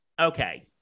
okay